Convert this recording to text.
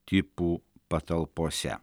tipų patalpose